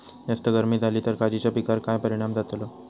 जास्त गर्मी जाली तर काजीच्या पीकार काय परिणाम जतालो?